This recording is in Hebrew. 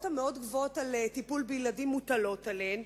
המאוד גבוהות על טיפול בילדים מוטלות עליהן,